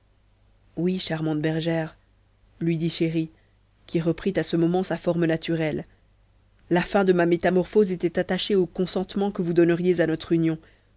oui charmante bergère lui dit chéri qui reprit à ce moment sa forme naturelle la fin de ma métamorphose était attachée au consentement que vous donneriez à notre union